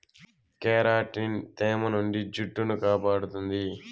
keratin తేమ నుండి జుట్టును కాపాడుతుంది